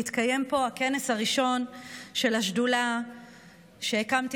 יתקיים פה הכנס הראשון של השדולה שהקמתי